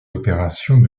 opérations